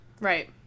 Right